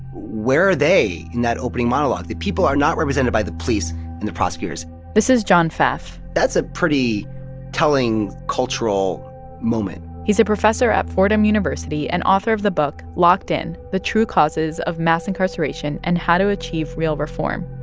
where are they in that opening monologue? the people are not represented by the police and the prosecutors this is john pfaff that's a pretty telling cultural moment he's a professor at fordham university and author of the book locked in the true causes of mass incarceration and how to achieve real reform.